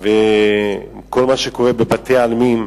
וכל מה שקורה בבתי-העלמין,